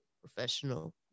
professional